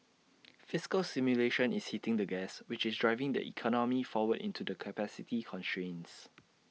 fiscal stimulation is hitting the gas which is driving the economy forward into the capacity constraints